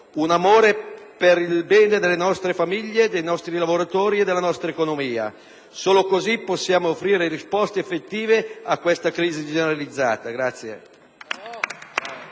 amore per il bene delle nostre famiglie, dei nostri lavoratori e della nostra economia. Solo così possiamo offrire risposte effettive a questa crisi generalizzata.